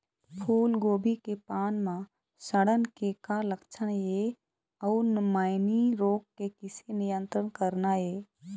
फूलगोभी के पान म सड़न के का लक्षण ये अऊ मैनी रोग के किसे नियंत्रण करना ये?